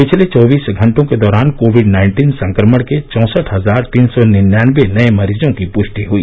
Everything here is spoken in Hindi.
पिछले चौबीस घंटों के दौरान कोविड नाइन्टीन संक्रमण के चौंसठ हजार तीन सौ निन्यानबे नए मरीजों की पृष्टि हुई